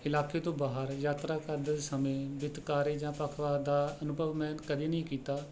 ਇਲਾਕੇ ਤੋਂ ਬਾਹਰ ਯਾਤਰਾ ਕਰਦੇ ਸਮੇਂ ਵਿਤਕਰੇ ਜਾਂ ਪੱਖਪਾਤ ਦਾ ਅਨੁਭਵ ਮੈਂ ਕਦੇ ਨਹੀਂ ਕੀਤਾ